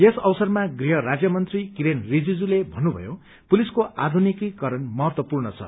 यस अवसरमा गृह राज्यमन्त्री किरेर रिजिजूले भन्नुभयो पुलिसको आधुनिकीकरण महत्वपूर्ण छ